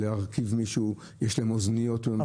להרכיב מישהו יש להם, אוזניות.